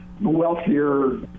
wealthier